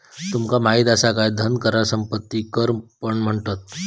तुमका माहित असा काय धन कराक संपत्ती कर पण म्हणतत?